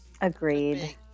agreed